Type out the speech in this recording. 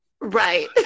Right